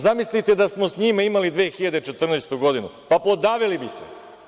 Zamislite da smo sa njima imali 2014. godinu, pa podavili bi se.